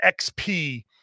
XP